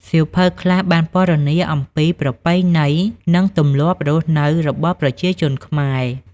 សៀវភៅខ្លះបានពណ៌នាអំពី ប្រពៃណី និង ទម្លាប់រស់នៅ របស់ប្រជាជនខ្មែរ។